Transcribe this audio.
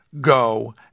go